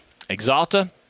Exalta